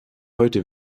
heute